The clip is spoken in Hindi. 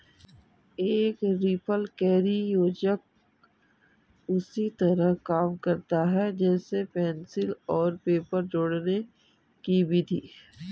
एक रिपलकैरी योजक उसी तरह काम करता है जैसे पेंसिल और पेपर जोड़ने कि विधि